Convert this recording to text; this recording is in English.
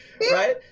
right